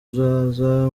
uzaza